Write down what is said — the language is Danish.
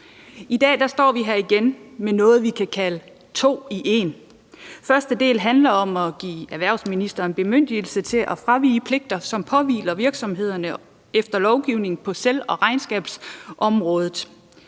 I dag står vi her igen med noget, vi kan kalde to i en. Første del handler om at give erhvervsministeren bemyndigelse til at fravige pligter, som påhviler virksomhederne efter lovgivningen på selskabs- og regnskabsområdet.